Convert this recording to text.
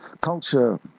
culture